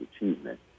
achievement